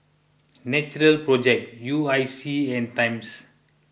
Natural Project U I C and Times